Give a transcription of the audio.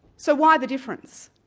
so why the difference?